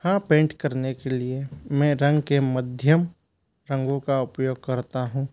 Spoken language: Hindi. हाँ पेंट करने के लिए मैं रंग के मध्यम रंगों का उपयोग करता हूँ